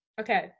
okay